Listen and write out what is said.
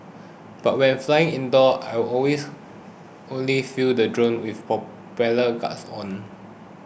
but when flying indoor I always only flew the drone with propeller guards on